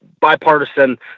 Bipartisan